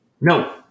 No